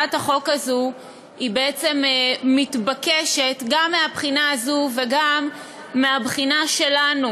הצעת החוק הזו היא בעצם מתבקשת גם מהבחינה הזו וגם מהבחינה שלנו,